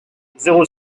zéro